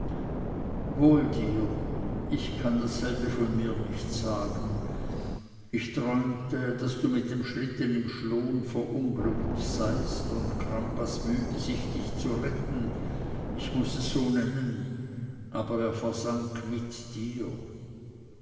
wohl dir ich kann dasselbe von mir nicht sagen ich träumte daß du mit dem schlitten im schloon verunglückt seist und crampas mühte sich dich zu retten ich muß es so nennen aber er versank mit dir